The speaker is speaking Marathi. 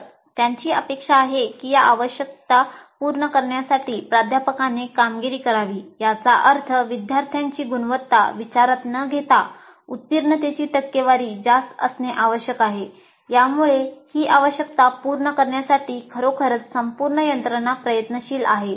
तर त्यांची अपेक्षा आहे की या आवश्यकता पूर्ण करण्यासाठी प्राध्यापकांनी कामगिरी करावी याचा अर्थ विद्यार्थ्यांची गुणवत्ता विचारात न घेता उत्तीर्णतेची टक्केवारी जास्त असणे आवश्यक आहे यामुळे ही आवश्यकता पूर्ण करण्यासाठी खरोखरच संपूर्ण यंत्रणा प्रयत्नशील आहे